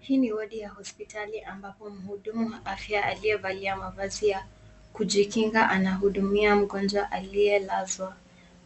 Hii ni wodi ya hospitali ambapo mhudumu wa afya aliyevalia mavazi ya kujikinga anahudumia mgonjwa aliyelazwa.